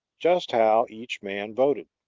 just how each man voted.